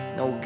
no